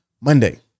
Monday